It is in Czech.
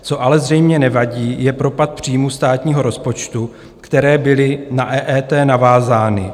Co ale zřejmě nevadí, je propad příjmů státního rozpočtu, které byly na EET navázány.